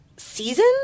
season